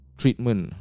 treatment